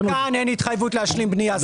גם כאן אין התחייבות להשלים בנייה.